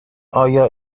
آیا